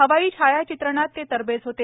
हवाई छायाचित्रणात ते तरबेज होते